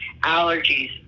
allergies